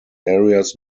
areas